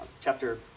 chapter